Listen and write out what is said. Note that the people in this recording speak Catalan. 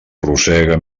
rosega